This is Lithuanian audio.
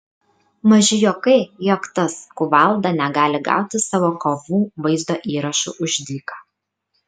maži juokai jog tas kuvalda negali gauti savo kovų vaizdo įrašų už dyką